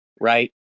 right